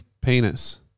Penis